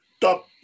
top